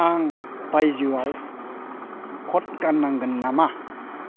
आं बायजोआव कट गान्नांगोन नामा